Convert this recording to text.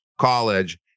college